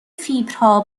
فیبرها